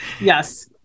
Yes